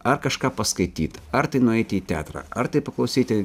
ar kažką paskaityt ar tai nueiti į teatrą ar tai paklausyti